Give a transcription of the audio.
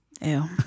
Ew